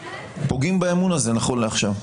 פוגעים באמון הזה נכון לעכשיו,